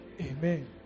amen